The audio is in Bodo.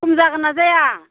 खम जागोनना जाया